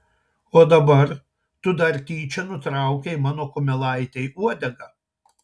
o dabar tu dar tyčia nutraukei mano kumelaitei uodegą